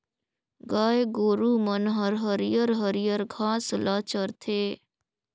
गाय गोरु मन हर हरियर हरियर घास ल चरथे